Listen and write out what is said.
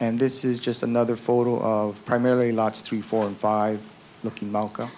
and this is just another photo of primary lots three four and five looking mal